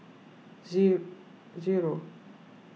zero